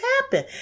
happen